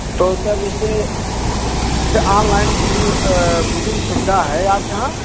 तो सर जैसे जैसे ऑनलाइन बुकिंग बुकिंग सुविधा है आपके यहाँ